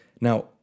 Now